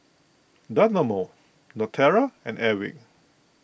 Dynamo Naturel and Airwick